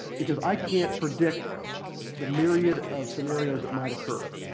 because i can't predict the myriad of scenarios that might occur.